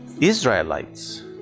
Israelites